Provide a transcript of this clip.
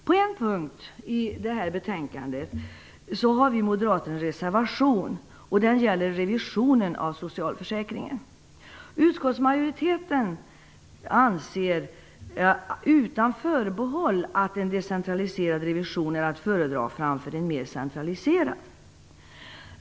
På en punkt i detta betänkande har vi moderater en reservation. Den gäller revisionen av socialförsäkringen. Utskottsmajoriteten anser utan förbehåll att en decentraliserad revision är att föredra framför en mer centraliserad.